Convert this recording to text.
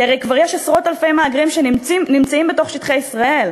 כי הרי כבר יש עשרות-אלפי מהגרים שנמצאים בתוך שטחי ישראל.